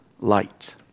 light